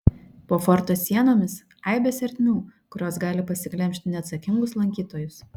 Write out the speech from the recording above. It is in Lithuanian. po forto sienomis aibės ertmių kurios gali pasiglemžti neatsakingus lankytojus